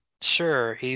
Sure